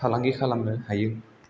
फालांगि खालामनो हायो